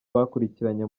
bakurikiranye